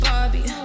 Barbie